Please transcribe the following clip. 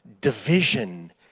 division